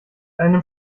einem